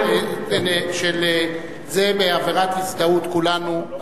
של הזדהות, כולנו.